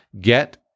get